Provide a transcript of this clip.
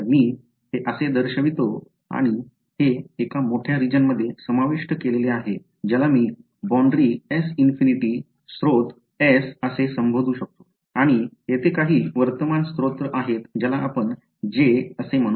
तर मी हे असे दर्शवितो आणि आणि हे एका मोठ्या रिजन मध्ये समाविष्ठ केलेले आहे ज्याला मी boundary S∞ स्तोत्र S असे संबोधू शकतो आणि येथे काही वर्तमान स्त्रोत आहेत ज्याला आपण J असे म्हणू